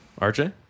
RJ